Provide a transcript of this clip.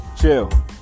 Chill